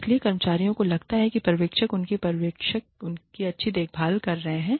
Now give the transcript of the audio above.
इसलिए कर्मचारियों को लगता है कि पर्यवेक्षक उनके पर्यवेक्षक उनकी अच्छी देखभाल कर रहे हैं